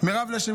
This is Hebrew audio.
מירב לשם